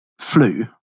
flu